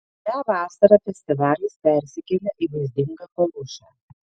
šią vasarą festivalis persikėlė į vaizdingą palūšę